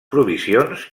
provisions